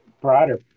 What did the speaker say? broader